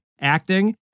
acting